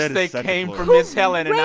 and they so came for miss helen. yeah